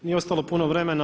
Nije ostalo puno vremena.